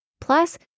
plus